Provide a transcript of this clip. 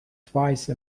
twice